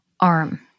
arm